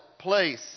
place